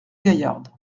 gaillarde